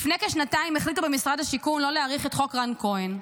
לפני כשנתיים החליטו במשרד השיכון לא להאריך את חוק רן כהן,